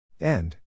End